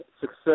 success